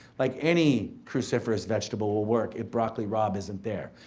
like any cruciferous vegetable will work, if broccoli raab isn't there.